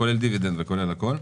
כולל דיבידנד וכולל הכול.